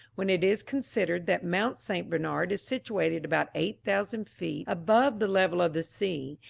when it is considered that mount st. bernard is situated about eight thousand feet above the level of the sea,